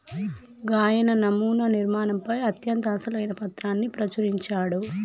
గాయన నమునా నిర్మాణంపై అత్యంత అసలైన పత్రాన్ని ప్రచురించాడు